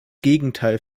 gegenteil